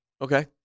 Okay